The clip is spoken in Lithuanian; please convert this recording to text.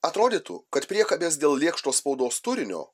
atrodytų kad priekabės dėl lėkšto spaudos turinio